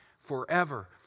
forever